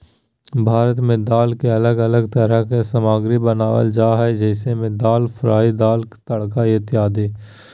भारत में दाल के अलग अलग तरह के सामग्री बनावल जा हइ जैसे में दाल फ्राई, दाल तड़का इत्यादि